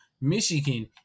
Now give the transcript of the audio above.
Michigan